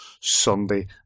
Sunday